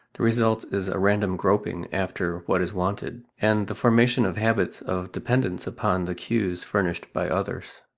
the result is a random groping after what is wanted, and the formation of habits of dependence upon the cues furnished by others.